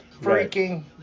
freaking